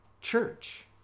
church